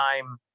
time